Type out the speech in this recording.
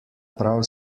prav